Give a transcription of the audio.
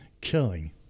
killing